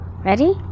Ready